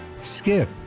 Skip